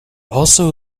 also